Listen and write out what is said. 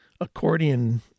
accordion